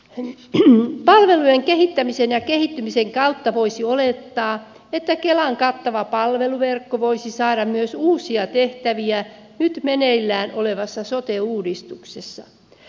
palvelujen kehittämisen ja kehittymisen kautta voisi olettaa että kelan kattava palveluverkko voisi saada myös uusia tehtäviä nyt meneillään olevassa sote uudistuksessa